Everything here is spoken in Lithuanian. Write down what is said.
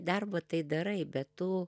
darbą tai darai bet tu